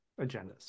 agendas